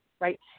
Right